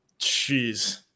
Jeez